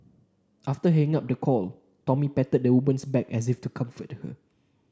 after hanging up the call Tommy patted the woman's back as if to comfort her